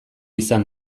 izan